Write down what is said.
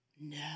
no